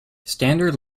standard